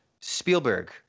Spielberg